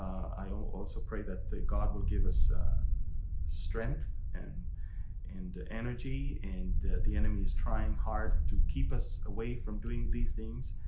i also pray that god will give us strength and and energy. and the enemy is trying hard to keep us away from doing these things,